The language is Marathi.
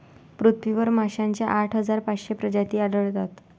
पृथ्वीवर माशांच्या आठ हजार पाचशे प्रजाती आढळतात